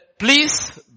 please